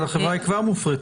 אבל החברה היא כבר מופרטת,